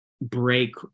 break